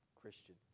Christian